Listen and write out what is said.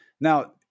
now